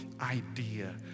idea